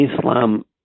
Islam